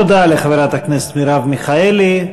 תודה לחברת הכנסת מרב מיכאלי.